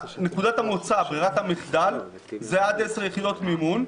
ברירת המחדל זה עד 10 יחידות מימון,